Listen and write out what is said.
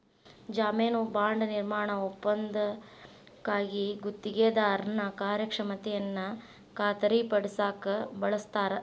ಜಾಮೇನು ಬಾಂಡ್ ನಿರ್ಮಾಣ ಒಪ್ಪಂದಕ್ಕಾಗಿ ಗುತ್ತಿಗೆದಾರನ ಕಾರ್ಯಕ್ಷಮತೆಯನ್ನ ಖಾತರಿಪಡಸಕ ಬಳಸ್ತಾರ